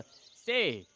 say,